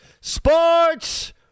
Sports